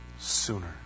sooner